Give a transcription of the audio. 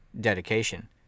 dedication